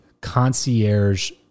concierge